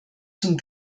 zum